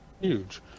huge